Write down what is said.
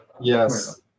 Yes